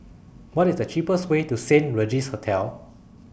What IS The cheapest Way to Saint Regis Hotel